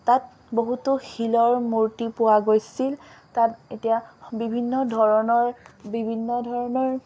তাত বহুতো শিলৰ মূৰ্তি পোৱা গৈছিল তাত এতিয়া বিভিন্ন ধৰণৰ বিভিন্ন ধৰণৰ